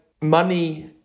Money